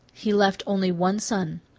he left only one son.